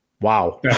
Wow